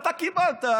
אתה קיבלת,